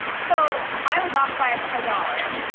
so i was off by um a dollar.